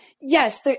Yes